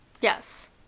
Yes